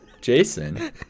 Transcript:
Jason